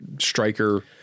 striker